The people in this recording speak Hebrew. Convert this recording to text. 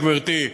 גברתי.